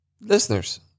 listeners